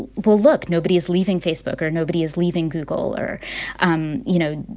well, look, nobody is leaving facebook, or nobody is leaving google, or um you know,